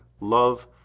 love